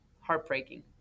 heartbreaking